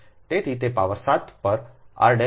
તેથી તે પાવર 7 પર r હોવું જોઈએ